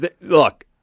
look